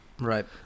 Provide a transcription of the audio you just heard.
Right